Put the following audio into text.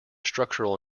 structural